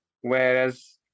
whereas